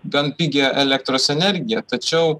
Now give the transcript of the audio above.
gan pigią elektros energiją tačiau